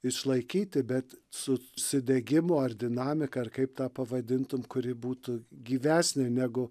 išlaikyti bet su užsidegimu ar dinamika ar kaip tą pavadintum kuri būtų gyvesnė negu